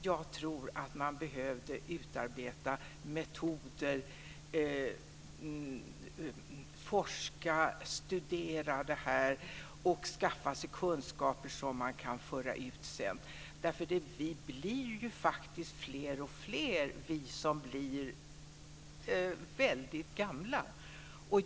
Jag tror att man behöver utarbeta metoder, forska och studera och skaffa sig kunskaper som man sedan kan föra ut. Vi blir ju faktiskt fler och fler som blir väldigt gamla.